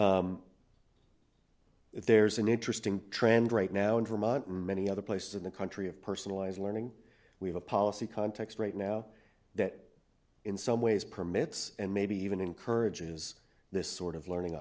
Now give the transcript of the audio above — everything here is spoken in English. schools if there's an interesting trend right now in vermont and many other places in the country of personalized learning we have a policy context right now that in some ways permits and maybe even encourage is this sort of learning